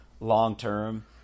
Long-term